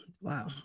wow